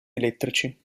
elettrici